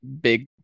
big